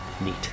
neat